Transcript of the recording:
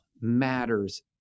matters